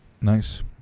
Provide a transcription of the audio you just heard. Nice